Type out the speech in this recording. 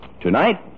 Tonight